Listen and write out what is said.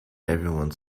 everyone